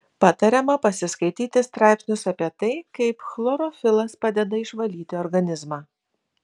patariama pasiskaityti straipsnius apie tai kaip chlorofilas padeda išvalyti organizmą